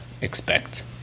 expect